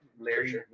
Larry